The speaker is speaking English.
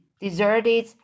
deserted